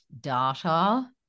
data